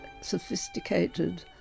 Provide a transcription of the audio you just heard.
sophisticated